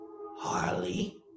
Harley